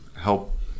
help